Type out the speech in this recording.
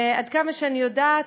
עד כמה שאני יודעת,